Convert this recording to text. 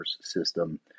system